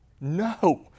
No